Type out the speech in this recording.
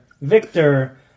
Victor